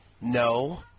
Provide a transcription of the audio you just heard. No